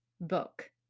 book